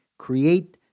Create